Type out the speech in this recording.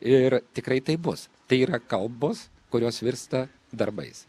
ir tikrai taip bus tai yra kalbos kurios virsta darbais